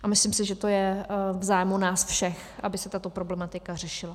A myslím si, že to je v zájmu nás všech, aby se tato problematika řešila.